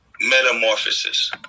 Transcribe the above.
Metamorphosis